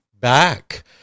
back